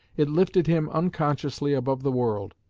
it lifted him unconsciously above the world,